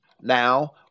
Now